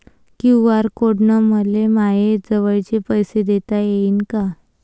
QR code न मले माये जेवाचे पैसे देता येईन का?